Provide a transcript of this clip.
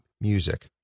music